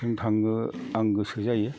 जों थाङो आं गोसो जायो